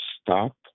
stop